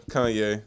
Kanye